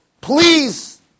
Please